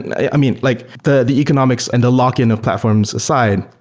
i mean, like the the economics and the lock-in of platforms aside,